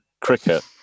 cricket